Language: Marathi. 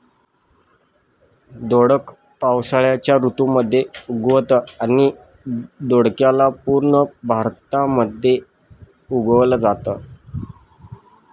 दोडक पावसाळ्याच्या ऋतू मध्ये उगवतं आणि दोडक्याला पूर्ण भारतामध्ये उगवल जाता